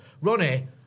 Ronnie